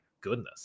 goodness